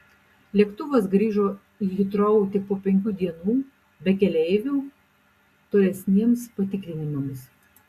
lėktuvas grįžo į hitrou tik po penkių dienų be keleivių tolesniems patikrinimams